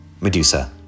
Medusa